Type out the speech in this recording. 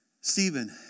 Stephen